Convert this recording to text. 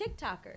TikTokers